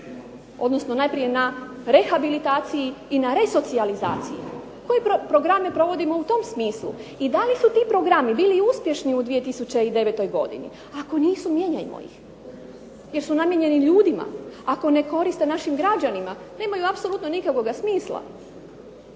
odnosno na rehabilitaciji i na resocijalizaciji? Koje programe provodimo u tom smislu? I da li su ti programi bili uspješni u 2009.? Ako nisu mijenjajmo ih jer su namijenjeni ljudima. Ako ne koriste našim građanima nemaju apsolutno nikakvoga smisla.